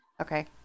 Okay